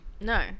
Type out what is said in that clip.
No